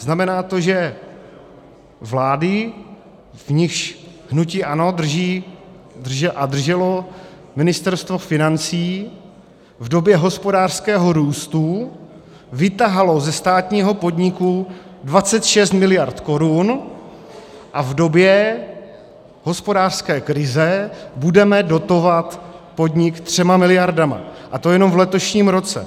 Znamená to, že vlády, v nichž hnutí ANO drží a drželo Ministerstvo financí v době hospodářského růstu, vytahalo ze státního podniku 26 mld. korun a v době hospodářské krize budeme dotovat podnik třemi miliardami, a to jenom v letošním roce.